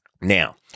Now